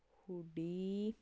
hoodie